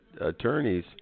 attorneys